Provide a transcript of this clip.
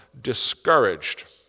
discouraged